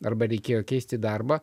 arba reikėjo keisti darbą